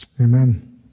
amen